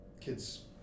kids